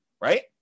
right